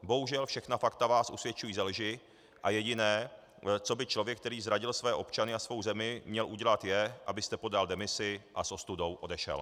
Bohužel, všechna fakta vás usvědčují ze lži a jediné, co by člověk, který zradil své občany a svou zemi, měl udělat, je, abyste podal demisi a s ostudou odešel.